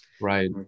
Right